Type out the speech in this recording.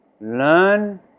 learn